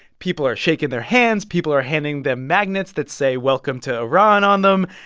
people are shaking their hands. people are handing them magnets that say, welcome to iran, on them.